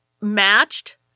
matched